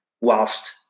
whilst